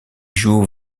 joue